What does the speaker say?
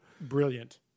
Brilliant